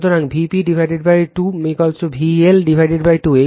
সুতরাং Vp 2 VL 2